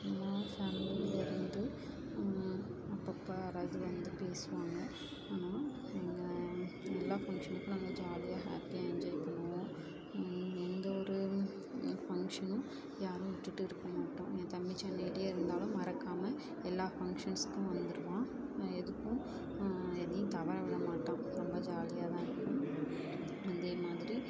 அம்மா ஃபேமிலியில் இருந்து அப்போப்ப யாராவது வந்து பேசுவாங்க ஆனால் நாங்கள் எல்லா ஃபங்க்ஷனுக்கும் நாங்கள் ஜாலியாக ஹேப்பியாக என்ஜாய் பண்ணுவோம் எந்த ஒரு ஃபங்க்ஷனும் யாரும் விட்டுட்டு இருக்கற மாட்டோம் என் தங்கச்சி வந்துகிட்டே இருந்தாலும் மறக்காமல் எல்லா ஃபங்க்ஷன்ஸ்க்கும் வந்துருவான் எதுக்கும் எதையும் தவற விடமாட்டான் ரொம்ப ஜாலியாக தான் இருக்கும் அதே மாதிரி